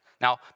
Now